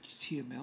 HTML